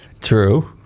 True